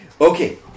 Okay